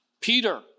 Peter